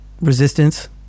resistance